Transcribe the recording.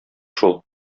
шул